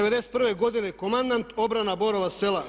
91.godine komandant, obrana Borova sela.